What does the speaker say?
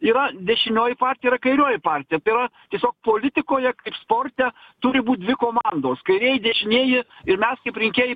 yra dešinioji partija yra kairioji partija tai yra tiesiog politikoje kaip sporte turi būti dvi komandos kairieji dešinieji ir mes kaip rinkėjai